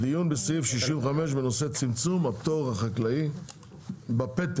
דיון בסעיף 65 בנושא צמצום הפטור החקלאי בפטם.